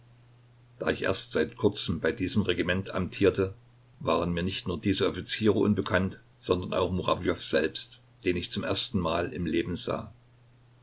da ich erst seit kurzem bei diesem regiment amtierte waren mir nicht nur diese offiziere unbekannt sondern auch murawjow selbst den ich zum ersten mal im leben sah